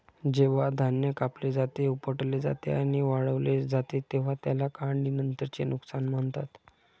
जेव्हा धान्य कापले जाते, उपटले जाते आणि वाळवले जाते तेव्हा त्याला काढणीनंतरचे नुकसान म्हणतात